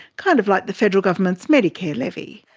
kind of like the federal government's medicare levy.